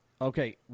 Okay